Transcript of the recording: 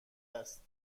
است